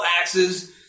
axes